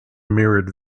mirrored